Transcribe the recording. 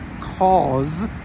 cause